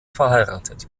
verheiratet